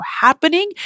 happening